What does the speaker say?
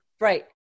Right